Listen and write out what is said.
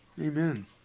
Amen